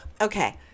Okay